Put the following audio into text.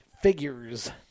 figures